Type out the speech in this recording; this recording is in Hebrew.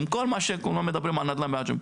עם כל מה שכולם מדברים על נדל"ן בעג'מי.